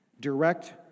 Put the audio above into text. direct